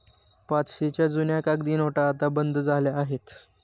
पाचशेच्या जुन्या कागदी नोटा आता बंद झाल्या आहेत